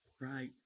right